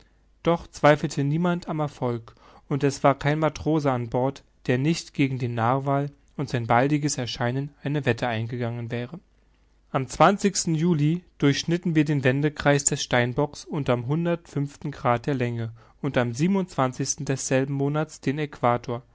doch zweifelte niemand am erfolg und es war kein matrose an bord der nicht gegen den narwal und sein baldiges erscheinen eine wette eingegangen wäre am juli durchschnitten wir den wendekreis des steinbocks unterm hundert grad der länge und am desselben monats den aequator